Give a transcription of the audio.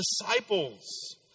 disciples